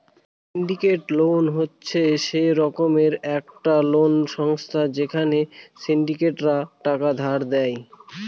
syndicated loan হচ্ছে সে রকমের একটা লোন ব্যবস্থা যেখানে সিন্ডিকেটরা টাকা ধার দেয়